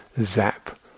zap